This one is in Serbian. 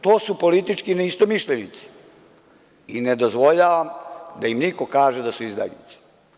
To su politički ne istomišljenici i ne dozvoljavam da im niko kaže da su izdajnici.